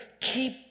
Keep